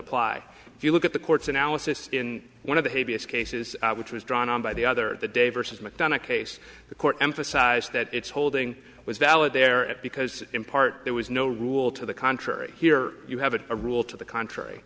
apply if you look at the court's analysis in one of the heaviest cases which was drawn on by the other day versus mcdonough case the court emphasized that it's holding was valid there at because in part there was no rule to the contrary here you have it a rule to the contr